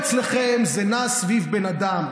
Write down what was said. דבר אליו במונחים, הכול אצלכם זה נע סביב בן אדם.